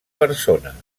persona